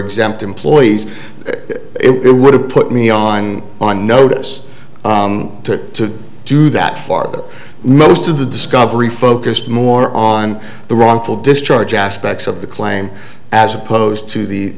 exempt employees it would have put me on on notice to do that for most of the discovery focused more on the wrongful discharge aspects of the claim as opposed to the